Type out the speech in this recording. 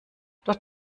doch